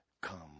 come